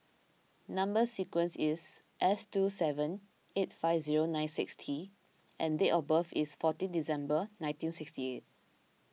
Number Sequence is S two seven eight five zero nine six T and date of birth is fourteen December nineteen sixty eight